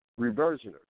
Reversioner